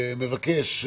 אני מבקש,